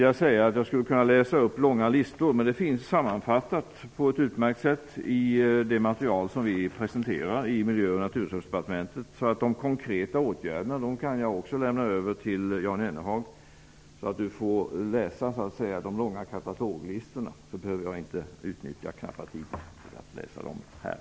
Jag skulle kunna läsa upp långa listor, men allt finns sammanfattat på ett utmärkt sätt i det material som Miljö och naturresursdepartementet gett ut. Det kan jag lämna över till Jan Jennehag, så att han får läsa de långa kataloglistorna. Då behöver jag inte ta av den knappa tiden till det här.